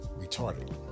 retarded